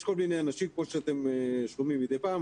יש כל מיני אנשים כמו שאתם שומעים מדי פעם,